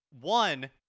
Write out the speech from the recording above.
One